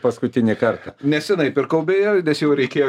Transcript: paskutinį kartą neseniai pirkau beje nes jau reikėjo